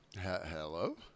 hello